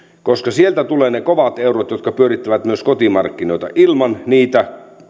koska sieltä tulevat ne kovat eurot jotka pyörittävät myös kotimarkkinoita ilman niitä